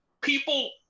people